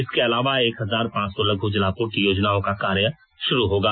इसके अलावा एक हजार पांच सौ लघु जलापूर्ति योजनाओं का कार्य शुरू होगा